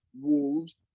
Wolves